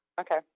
Okay